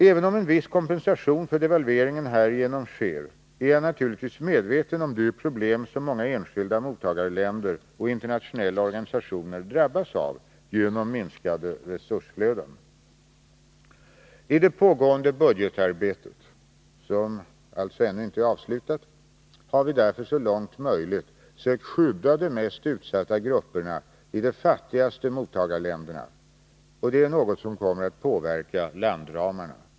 Även om en viss kompensation för devalveringen härigenom sker, är jag naturligtvis medveten om de problem som många enskilda mottagarländer och internationella organisationer drabbas av till följd av minskade resursflöden. I det pågående budgetarbetet, som alltså ännu inte är avslutat, har vi därför så långt möjligt sökt skydda de mest utsatta grupperna i de fattigaste mottagarländerna, och det är något som kommer att påverka landramarna.